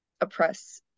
oppress